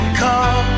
call